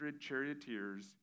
charioteers